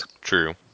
True